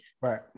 right